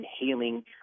inhaling